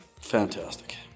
Fantastic